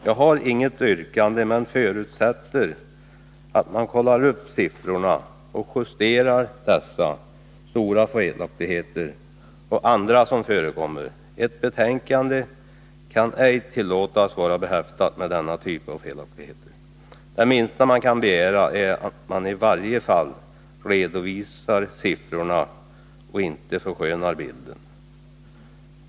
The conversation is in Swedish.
Jag har inget yrkande men förutsätter att man kollar upp siffrorna och iusterar dessa stora felaktigheter — och andra som förekommer. Ett betänkande kan ej tillåtas vara behäftat med denna typ av felaktigheter. Det minsta vi kan begära är att man i varje fall redovisar siffrorna och inte förskönar bilden.